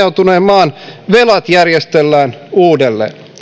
ajautuneen maan velat järjestellään uudelleen